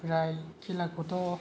ओमफ्राय खेलाखौथ'